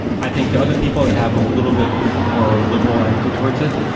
i think to other people that have a little bit more liberal attitude towards it,